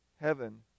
heaven